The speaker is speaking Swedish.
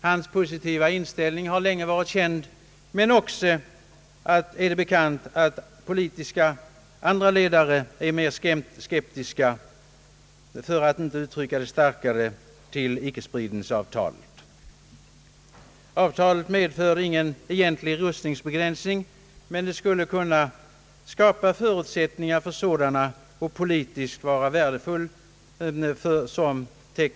Hans positiva hållning har länge varit känd, men det är också bekant att andra politiska ledare är mer skeptiska — för att inte använda ett starkare uttryck — till icke-spridningsavtalet. Avtalet medför ingen egentlig rustningsbegränsning, men det skulle kunna skapa förutsättningar för sådana och politiskt vara värdefullt.